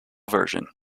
version